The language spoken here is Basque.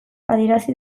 adierazi